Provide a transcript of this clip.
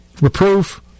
reproof